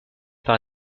par